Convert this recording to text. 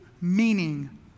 meaning